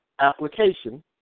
application